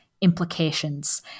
implications